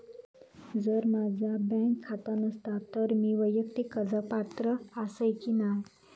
जर माझा बँक खाता नसात तर मीया वैयक्तिक कर्जाक पात्र आसय की नाय?